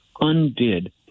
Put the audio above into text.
undid